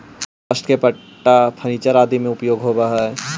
काष्ठ के पट्टा फर्नीचर आदि में प्रयोग होवऽ हई